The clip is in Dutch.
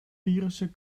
virussen